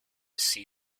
sea